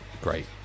Great